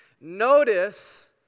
Notice